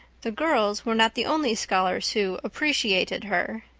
the girls were not the only scholars who appreciated her.